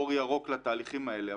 אור ירוק לתהליכים האלה.